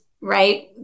right